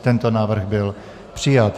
Tento návrh byl přijat.